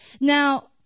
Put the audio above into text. Now